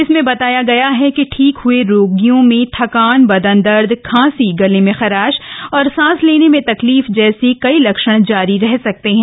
इसमें बताया गया है कि ठीक हए रोगियों में थकान बदन दर्द खांसी गले में खराश और सांस लेने में तकलीफ जैसे कई लक्षण जारी रह सकते हैं